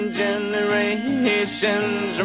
generations